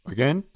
Again